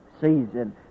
season